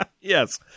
Yes